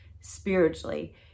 spiritually